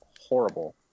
horrible